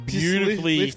beautifully